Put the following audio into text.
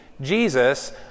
Jesus